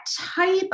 type